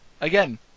again